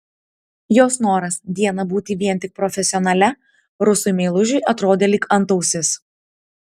jos noras dieną būti vien tik profesionale rusui meilužiui atrodė lyg antausis